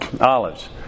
Olives